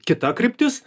kita kryptis